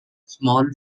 small